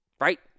Right